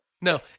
No